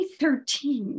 2013